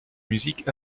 musiques